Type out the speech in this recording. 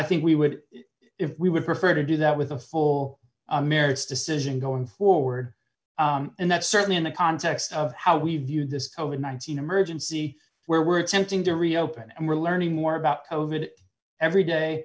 think we would if we would prefer to do that with the full merits decision going forward and that's certainly in the context of how we view this over one thousand emergency where we're attempting to reopen and we're learning more about every day